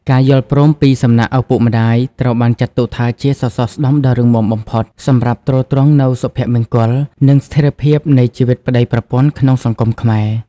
ការយល់ព្រមពីសំណាក់ឪពុកម្ដាយត្រូវបានចាត់ទុកថាជាសសរស្តម្ភដ៏រឹងមាំបំផុត សម្រាប់ទ្រទ្រង់នូវសុភមង្គល និងស្ថិរភាពនៃជីវិតប្ដីប្រពន្ធក្នុងសង្គមខ្មែរ។